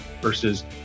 versus